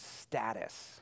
status